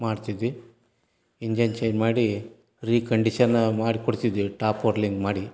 ಮಾಡ್ತಿದ್ವಿ engine change ಮಾಡಿ recondition ಮಾಡಿಕೊಡ್ತಿದ್ವಿ ಟಾಪ್ ವರ್ಲಿಂಗ್ ಮಾಡಿ